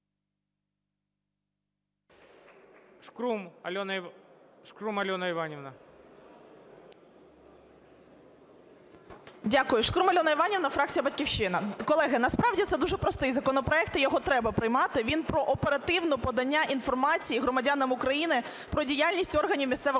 Шкрум Альона Іванівна.